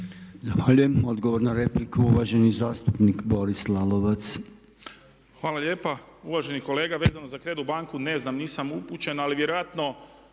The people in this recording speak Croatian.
Zahvaljujem. Odgovor na repliku uvaženi zastupnik Josip Križanić.